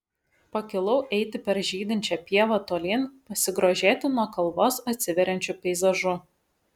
pakilau eiti per žydinčią pievą tolyn pasigrožėti nuo kalvos atsiveriančiu peizažu